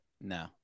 No